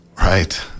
Right